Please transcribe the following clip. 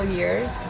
years